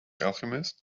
alchemist